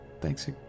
thanks